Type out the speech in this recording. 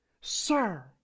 Sir